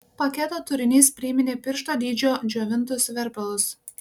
paketo turinys priminė piršto dydžio džiovintus verpalus